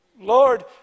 lord